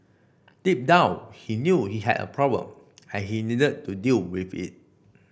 deep down he knew he had a problem and he needed to deal with it